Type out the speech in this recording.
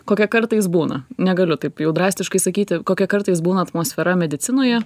kokia kartais būna negaliu taip jau drastiškai sakyti kokia kartais būna atmosfera medicinoje